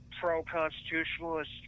Pro-constitutionalist